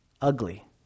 ugly